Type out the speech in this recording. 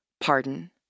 pardon